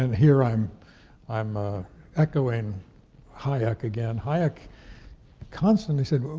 here, i'm i'm ah echoing hayek again. hayek constantly said, well,